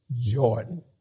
Jordan